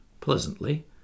Pleasantly